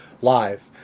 live